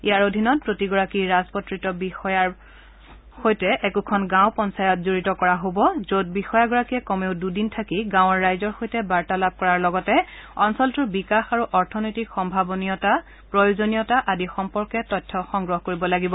ইয়াৰ অধীনত প্ৰতি গৰাকী ৰাজপত্ৰিত বিষয়াৰ লগত একোখন গাঁও পঞ্চায়ত জড়িত কৰা হ'ব য'ত বিষয়াগৰাকীয়ে কমেও দুদিন থাকি গাঁৱৰ ৰাইজৰ সৈতে বাৰ্তালাপ কৰাৰ লগতে অঞ্চলটোৰ বিকাশ আৰু অৰ্থনৈতিক সম্ভাৱনীয়তা প্ৰয়োজনীয়তা আদি সম্পৰ্কে তথ্য সংগ্ৰহ কৰিব লাগিব